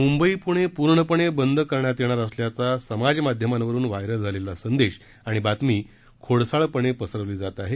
मुंबई पुणे पूर्णपणे बंद करण्यात येणार असल्याचा समाज माध्यमांवरून व्हायरल झालेला संदेश आणि बातमी खोडसाळपणे पसरवण्यात येत आहे